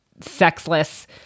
sexless